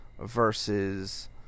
versus